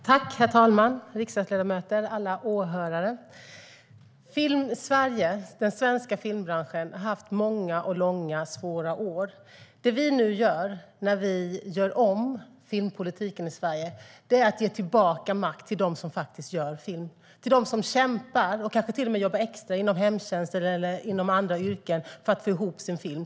Herr talman, riksdagsledamöter och alla åhörare! Filmsverige, den svenska filmbranschen, har haft många och långa svåra år. Det vi nu gör när vi gör om filmpolitiken i Sverige är att ge tillbaka makt till dem som faktiskt gör film - till dem som kämpar och kanske till och med jobbar extra inom hemtjänsten eller andra yrken för att få ihop sin film.